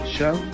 Show